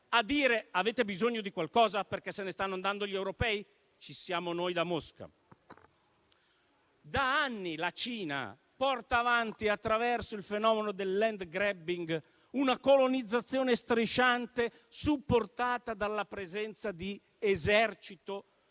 se hanno bisogno di qualcosa: se ne stanno andando gli europei? Ci siamo noi da Mosca. Da anni la Cina porta avanti, attraverso il fenomeno del *land grabbing*, una colonizzazione strisciante, supportata dalla presenza dell'esercito